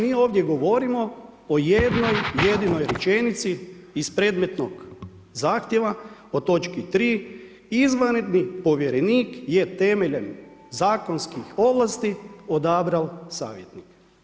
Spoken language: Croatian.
Mi ovdje govorimo o jednoj jedinoj rečenici, iz predmetnog zahtjeva o točki 3. izvanredni povjerenik je temeljem zakonskih ovlasti odabrao savjetnike.